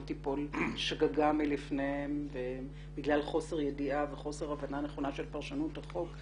תיפול שגגה מלפניהם בגלל חוסר ידיעה וחוסר הבנה נכונה של פרשנות החוק,